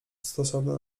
stosowna